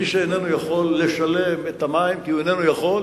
מי שאיננו יכול לשלם את המים כי הוא איננו יכול,